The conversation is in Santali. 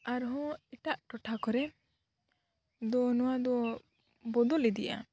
ᱟᱨᱦᱚᱸ ᱮᱴᱟᱜ ᱴᱚᱴᱷᱟ ᱠᱚᱨᱮ ᱫᱚ ᱱᱚᱣᱟ ᱫᱚ ᱵᱚᱫᱚᱞ ᱤᱫᱤᱜᱼᱟ